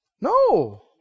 no